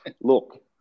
Look